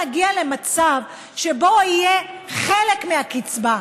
נגיע למצב שבו יהיה חלק מהקצבה,